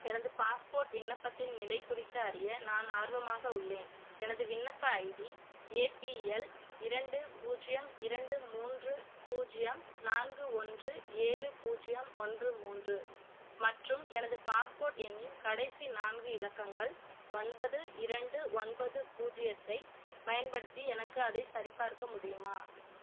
எனது பாஸ்போர்ட் விண்ணப்பத்தின் நிலை குறித்து அறிய நான் ஆர்வமாக உள்ளேன் எனது விண்ணப்ப ஐடி ஏ பி எல் இரண்டு பூஜ்ஜியம் இரண்டு மூன்று பூஜ்ஜியம் நான்கு ஒன்று ஏழு பூஜ்ஜியம் ஒன்று மூன்று மற்றும் எனது பாஸ்போர்ட் எண்ணின் கடைசி நான்கு இலக்கங்கள் ஒன்பது இரண்டு ஒன்பது பூஜ்ஜியத்தை பயன்படுத்தி எனக்கு அதைச் சரிபார்க்க முடியுமா